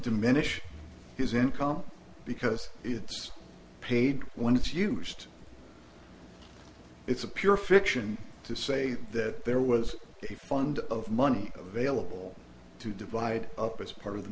diminish his income because it's paid when it's used it's a pure fiction to say that there was a fund of money available to divide up as part of the